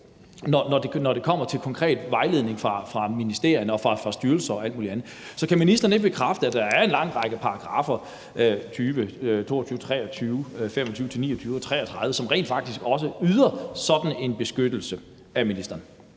når det kommer til konkret vejledning fra ministerier og fra styrelser og alt muligt andet. Så kan ministeren ikke bekræfte, at der er en lang række paragraffer, 20, 22, 23, 25-29 og 33, som rent faktisk også yder sådan en beskyttelse af ministrene?